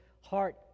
heart